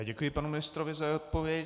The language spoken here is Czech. Děkuji panu ministrovi za jeho odpověď.